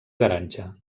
garatge